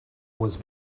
was